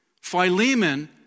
Philemon